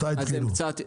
התחילו מתי?